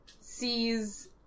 sees